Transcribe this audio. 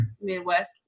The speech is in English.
Midwest